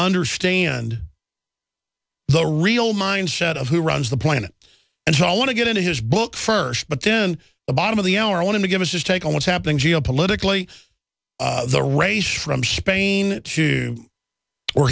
understand the real mindset of who runs the planet and who i want to get into his book first but then the bottom of the hour i want to give us his take on what's happening geopolitically the race from spain to where